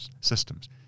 systems